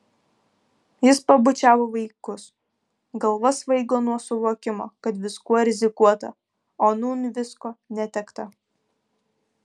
jis pabučiavo vaikus galva svaigo nuo suvokimo kad viskuo rizikuota o nūn visko netekta